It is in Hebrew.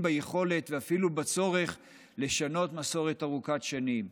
ביכולת ואפילו בצורך לשנות מסורת ארוכת שנים,